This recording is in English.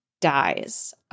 dies